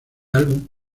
álbum